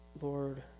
Lord